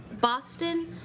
Boston